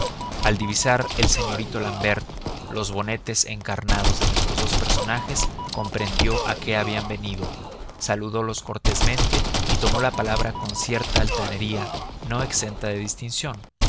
al divisar el señorito l'ambert los bonetes encarnados de nuestros dos personajes comprendió a qué habían venido saludolos cortésmente y tomó la palabra con cierta altanería no exenta de distinción